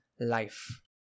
life